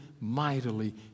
mightily